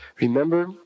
Remember